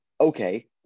okay